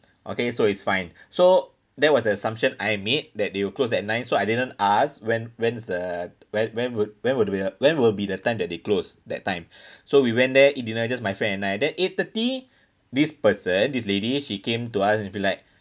okay so it's fine so that was an assumption I made that they will close at nine so I didn't ask when when's the when when would when would they when will be the time that they close that time so we went there eat dinner with just my friend and I then eight thirty this person this lady she came to us and be like